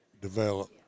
develop